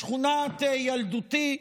בשכונת ילדותי,